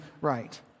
right